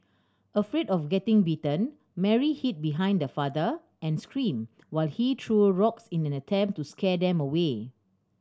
afraid of getting bitten Mary hid behind her father and screamed while he threw rocks in an attempt to scare them away